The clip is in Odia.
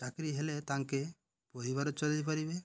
ଚାକିରୀ ହେଲେ ତାଙ୍କେ ପରିବାର ଚଳାଇ ପାରିବେ